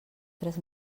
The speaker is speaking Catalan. tres